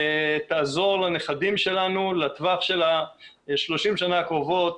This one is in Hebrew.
תעזור לנכדים שלנו לטווח של ה-30 שנה הקרובות.